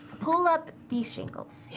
pull up the shingles.